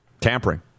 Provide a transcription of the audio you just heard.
tampering